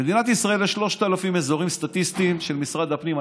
במדינת ישראל יש 3,000 אזורים סטטיסטיים של משרד הפנים.